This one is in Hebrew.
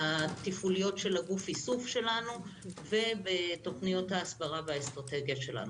התפעוליות של גוף האיסוף שלנו ובתכניות ההסברה והאסטרטגיה שלנו.